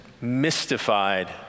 mystified